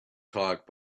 talk